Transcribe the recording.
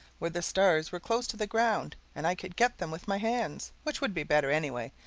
where the stars were close to the ground and i could get them with my hands, which would be better, anyway,